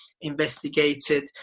investigated